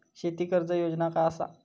शेती कर्ज योजना काय असा?